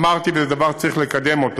אמרתי שזה דבר שצריך לקדם.